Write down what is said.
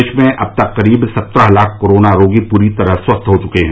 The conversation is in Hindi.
देश में अब तक करीब सत्रह लाख कोरोना रोगी पूरी तरह स्वस्थ हो चुके हैं